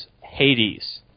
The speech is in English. Hades